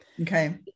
Okay